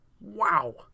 Wow